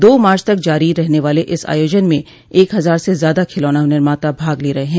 दो मार्च तक जारी रहने वाले इस आयोजन में एक हजार से ज्यादा खिलौना निर्माता भाग ले रहे हैं